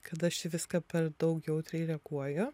kad aš į viską per daug jautriai reaguoju